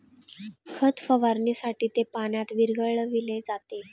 खत फवारणीसाठी ते पाण्यात विरघळविले जाते